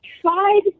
tried